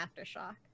Aftershock